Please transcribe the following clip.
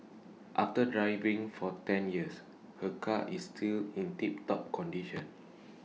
after driving for ten years her car is still in tiptop condition